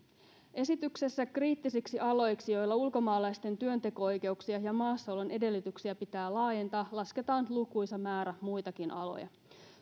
esityksessä kriittisiksi aloiksi joilla ulkomaalaisten työnteko oikeuksia ja maassaolon edellytyksiä pitää laajentaa lasketaan lukuisa määrä muitakin aloja